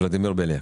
ולדימיר בליאק.